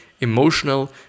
emotional